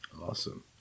awesome